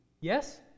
Yes